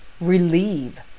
relieve